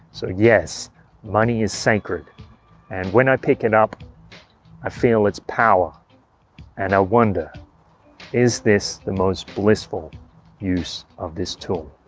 so yes money is sacred and when i pick it up i feel its power and i wonder is this the most blissful use of this tool?